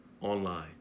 online